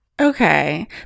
Okay